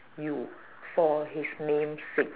you for his name's sake